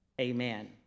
amen